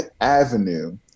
avenue